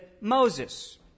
Moses